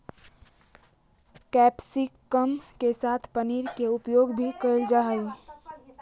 capsicum के साथ पनीर के प्रयोग भी कैल जा हइ